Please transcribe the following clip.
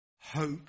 Hope